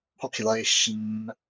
population